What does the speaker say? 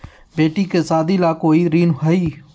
बेटी के सादी ला कोई ऋण हई?